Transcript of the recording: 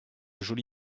joli